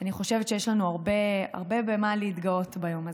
אני חושבת שיש לנו הרבה במה להתגאות ביום הזה.